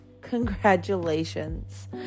Congratulations